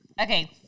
Okay